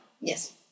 Yes